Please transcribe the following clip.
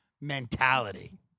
mentality